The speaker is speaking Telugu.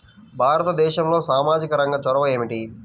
భారతదేశంలో సామాజిక రంగ చొరవ ఏమిటి?